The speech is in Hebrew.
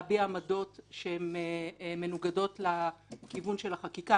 להביע עמדות שמנוגדות לכיוון של החקיקה.